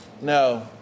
No